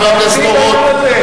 חבר הכנסת אורון.